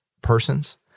persons